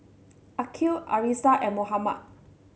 Aqil Arissa and Muhammad